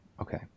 Okay